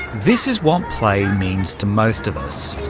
this is what play means to most of us